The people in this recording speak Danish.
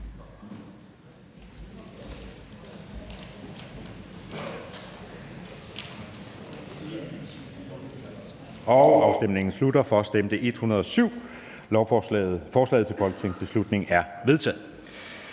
0, hverken for eller imod stemte 0. Forslaget til folketingsbeslutning er vedtaget